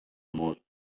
most